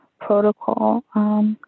protocol